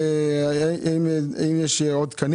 אפשר לבדוק.